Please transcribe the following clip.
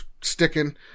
sticking